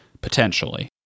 potentially